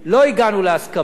לא הגענו להסכמה.